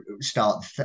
start